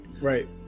Right